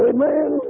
Amen